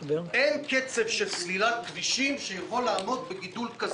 אין קצב של סלילת כבישים שיכול לעמוד בגידול כזה.